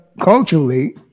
culturally